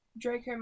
Draco